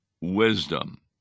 wisdom